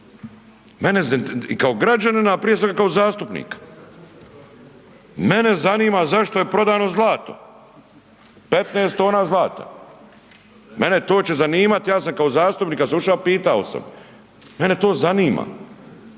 Mene kao građanina, a prije svega kao zastupnika mene zanima zašto je prodano zlato 15 tona zlata? Mene to će zanimati. Ja sam kao zastupnik slušao, pitao sam. Mene to zanima.